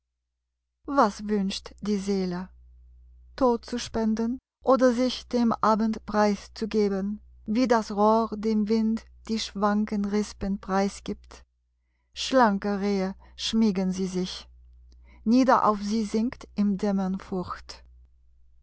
was wünscht die seele tod zu spenden oder sich dem abend preiszugeben wie das rohr dem wind die schwanken rispen preisgibt schlanke rehe schmiegen sie sich nieder auf sie sinkt im dämmern furcht